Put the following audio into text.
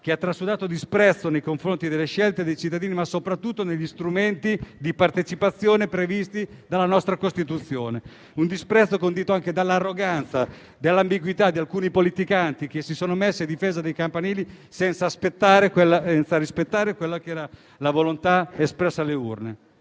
che ha trasudato disprezzo nei confronti delle scelte dei cittadini e soprattutto degli strumenti di partecipazione previsti dalla nostra Costituzione; un disprezzo condito anche dall'arroganza e dall'ambiguità di alcuni politicanti che si sono messi a difesa dei campanili, senza rispettare la volontà espressa alle urne.